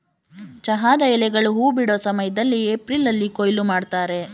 ಚಹಾದ ಎಲೆಗಳು ಹೂ ಬಿಡೋ ಸಮಯ್ದಲ್ಲಿ ಏಪ್ರಿಲ್ನಲ್ಲಿ ಕೊಯ್ಲು ಮಾಡ್ತರೆ